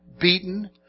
Beaten